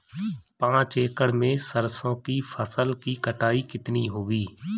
पांच एकड़ में सरसों की फसल की कटाई कितनी होगी?